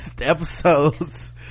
episodes